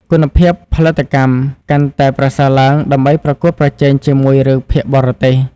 គុណភាពផលិតកម្ម កាន់តែប្រសើរឡើងដើម្បីប្រកួតប្រជែងជាមួយរឿងភាគបរទេស។